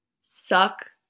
suck